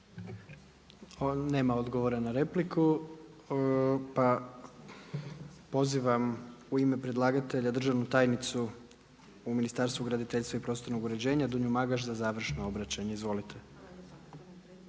Nema odgovora na repliku, pa pozivam u ime predlagatelja državnu tajnicu u ministarstvu graditeljstva i prostornog uređenja Dunju Magaš za završno obraćanje. Izvolite.